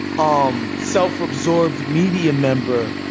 um self-absorbed media member.